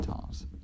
tasks